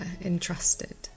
entrusted